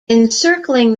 encircling